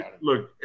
look